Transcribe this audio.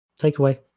Takeaway